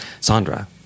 Sandra